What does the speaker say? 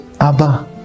Abba